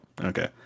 Okay